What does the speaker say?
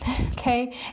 Okay